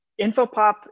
InfoPop